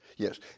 Yes